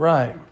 Right